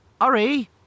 Hurry